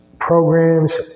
programs